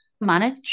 manage